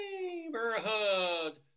neighborhood